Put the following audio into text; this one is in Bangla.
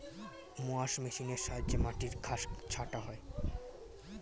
মোয়ার্স মেশিনের সাহায্যে মাটির ঘাস ছাঁটা হয়